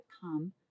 come